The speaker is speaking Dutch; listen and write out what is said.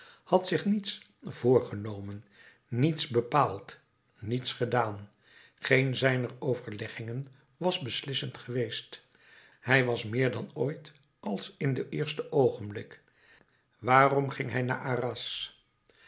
had zich niets voorgenomen niets bepaald niets gedaan geen zijner overleggingen was beslissend geweest hij was meer dan ooit als in den eersten oogenblik waarom ging hij naar arras